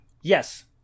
Yes